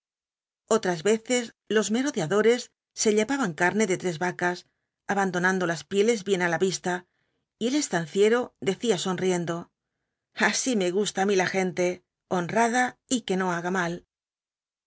otras veces los merodeadores se llevaban la carne de tres vacas abandonando las pieles bien á la vista y el estanciero decía sonriendo así me gusta á mí la gente honrada y que no haga mal